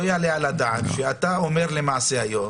לא יעלה על הדעת שאתה אומר למעשה היום